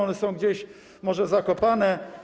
One są gdzieś może zakopane.